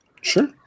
Sure